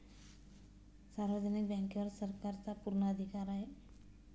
सार्वजनिक बँकेवर सरकारचा पूर्ण अधिकार आहे